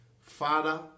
Father